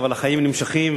אבל החיים נמשכים,